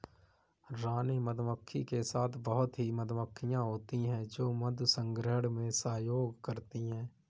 रानी मधुमक्खी के साथ बहुत ही मधुमक्खियां होती हैं जो मधु संग्रहण में सहयोग करती हैं